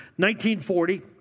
1940